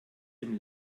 dem